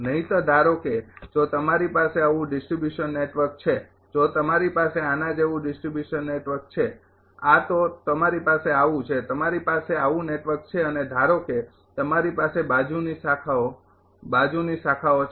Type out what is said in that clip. નહિંતર ધારો કે જો તમારી પાસે આવું ડિસ્ટ્રિબ્યુશન નેટવર્ક છે જો તમારી પાસે આના જેવું ડિસ્ટ્રિબ્યુશન નેટવર્ક છે આ તો તમારી પાસે આવું છે તમારી પાસે આવું નેટવર્ક છે અને ધારો કે તમારી પાસે બાજુની બ્રાંચો બાજુની બ્રાંચો છે